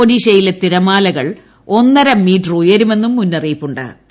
ഒഡീഷയിൽ തിരമാലകൾ ഒന്നരമീറ്റർ ഉയരുമെന്നും മുന്നറിയിപ്പു ്